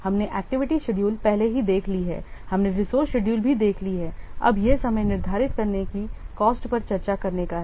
हमने activity schedule पहले ही देख ली है हमने रिसोर्स शेड्यूल भी देख ली है अब यह समय निर्धारित करने की कॉस्ट पर चर्चा करने का है